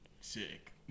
Sick